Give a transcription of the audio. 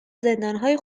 زندانهای